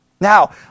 Now